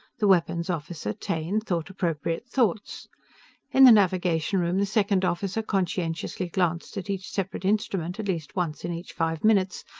the weapons officer, taine, thought appropriate thoughts in the navigation room the second officer conscientiously glanced at each separate instrument at least once in each five minutes,